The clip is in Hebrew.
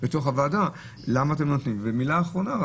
בכל אופן,